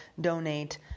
donate